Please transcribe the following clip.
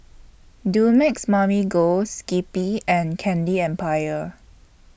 Dumex Mamil Gold Skippy and Candy Empire